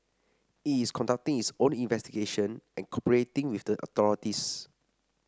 it's conducting its own investigation and cooperating with the authorities